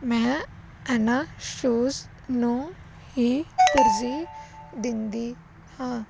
ਮੈਂ ਇਹਨਾ ਸ਼ੂਜ਼ ਨੂੰ ਹੀ ਤਰਜੀਹ ਦਿੰਦੀ ਹਾਂ